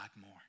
more